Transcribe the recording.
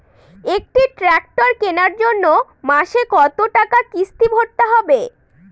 একটি ট্র্যাক্টর কেনার জন্য মাসে কত টাকা কিস্তি ভরতে হবে?